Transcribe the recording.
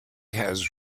has